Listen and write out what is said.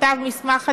כתב מסמך עדכני,